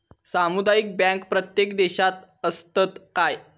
सामुदायिक बँक प्रत्येक देशात असतत काय?